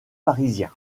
parisien